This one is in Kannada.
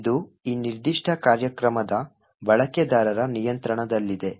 ಆದ್ದರಿಂದ ಇದು ಈ ನಿರ್ದಿಷ್ಟ ಕಾರ್ಯಕ್ರಮದ ಬಳಕೆದಾರರ ನಿಯಂತ್ರಣದಲ್ಲಿದೆ